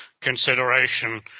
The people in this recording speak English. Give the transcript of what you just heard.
consideration